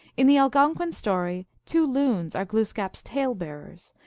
in the algonquin story, two loons are glooskap s tale-bearers,